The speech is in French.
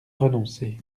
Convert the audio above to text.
renoncer